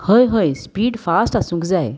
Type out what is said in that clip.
हय हय speed fast आसूंक जाय